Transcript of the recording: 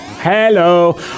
Hello